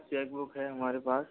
check book है हमारे पास